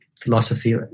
philosophy